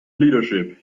leadership